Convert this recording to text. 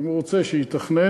שאם הוא רוצה שיתכנן,